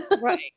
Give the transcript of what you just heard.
right